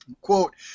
Quote